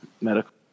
medical